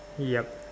yup